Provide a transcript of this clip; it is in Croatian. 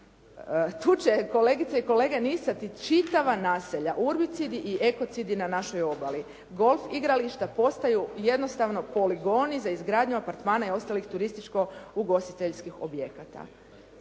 Tu će kolegice i kolege nicati čitava naselja, urbicidi i ekocidi na našoj obali. Golf igrališta postaju jednostavno poligoni za izgradnju apartmana i ostalih turističko ugostiteljskih objekata.